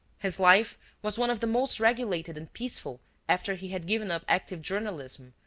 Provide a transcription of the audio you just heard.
his life was one of the most regulated and peaceful after he had given up active journalism,